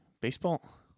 Baseball